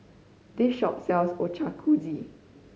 this shop sells Ochazuke